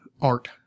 art